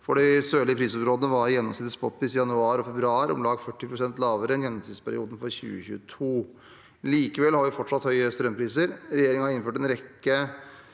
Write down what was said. For de sørlige prisområdene var gjennomsnittlig spotpris i januar og februar om lag 40 pst. lavere enn i gjennomsnittsperioden for 2022. Likevel har vi fortsatt høye strømpriser. Regjeringen har innført en rekke